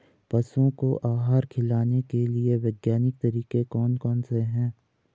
पशुओं को आहार खिलाने के लिए वैज्ञानिक तरीके कौन कौन से हैं?